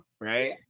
right